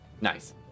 Nice